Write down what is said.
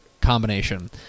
combination